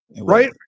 right